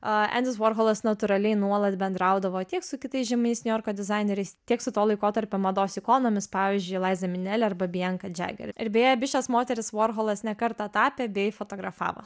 endis vorholas natūraliai nuolat bendraudavo tiek su kitais žymiais niujorko dizaineriais tiek su to laikotarpio mados ikonomis pavyzdžiui liza minnelli arba bianca jagger ir beje abi šias moteris vorholas ne kartą tapė bei fotografavo